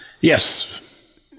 Yes